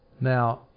Now